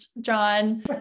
John